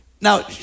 Now